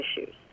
issues